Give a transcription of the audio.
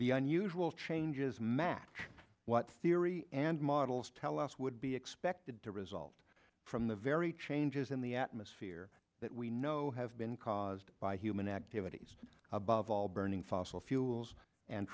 the unusual changes match what theory and models tell us would be expected to result from the very changes in the atmosphere that we know have been caused by human activities above all burning fossil fuels and